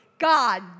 God